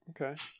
Okay